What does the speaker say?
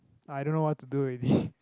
I don't know what to do already